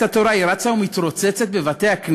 התורה היא רצה ומתרוצצת בבתי-הכנסת,